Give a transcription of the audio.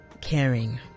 caring